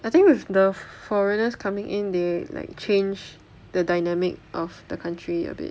I think with the foreigners coming in they like change the dynamic of the country a bit